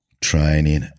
training